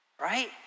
right